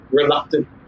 reluctant